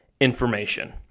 information